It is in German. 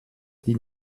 die